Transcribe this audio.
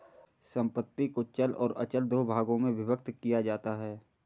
संपत्ति को चल और अचल दो भागों में विभक्त किया जाता है